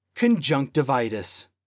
conjunctivitis